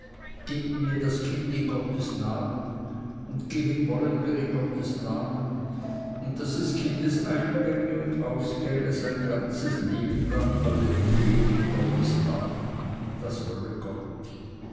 gebt mir das kind in gottes namen und gehen wollen wir in gottes namen und daß des kindes eingänge und ausgänge sein ganz leben lang alle geschehen in gottes namen das wolle gott